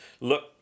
look